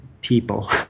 people